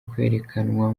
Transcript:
kwerekanwa